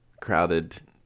crowded